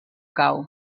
cau